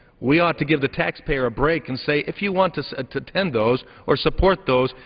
we ought to give the tax pay aerobreak and say, if you want to attend those or support those,